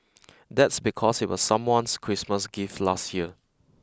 that's because it was someone's Christmas gift last year